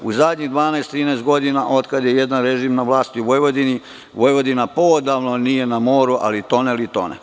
U poslednjih 12-13 godina, od kada je jedan režim na vlasti u Vojvodini, Vojvodina poodavno nije na moru ali tone li tone.